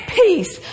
peace